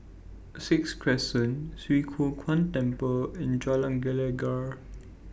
Sixth Crescent Swee Kow Kuan Temple and Jalan Gelegar